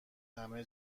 همه